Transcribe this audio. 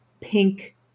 pink